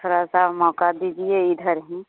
थोड़ा सा मौक़ा दीजिए इधर भी